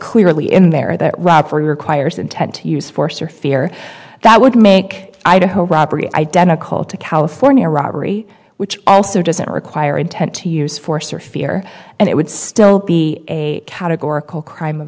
clearly in there that requires intent to use force or fear that would make idaho robbery identical to california robbery which also doesn't require intent to use force or fear and it would still be a categorical crime of